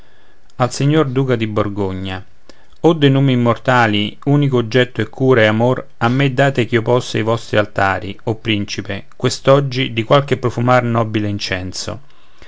o dei numi immortali unico oggetto e cura e amor a me date ch'io possa i vostri altari o principe quest'oggi di qualche profumar nobile incenso